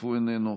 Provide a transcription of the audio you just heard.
איננו,